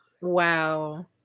wow